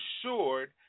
assured